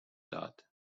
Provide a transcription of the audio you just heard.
داد